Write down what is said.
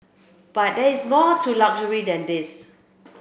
but there is more to luxury than these